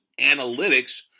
analytics